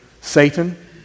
Satan